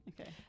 okay